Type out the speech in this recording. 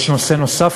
יש נושא נוסף,